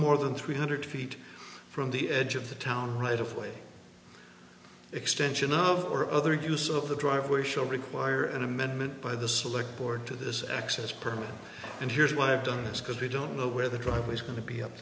more than three hundred feet from the edge of the town right of way extension of or other use of the driveway shall require an amendment by the select board to this access permit and here's what i've done is because we don't know where the driveway is going to be up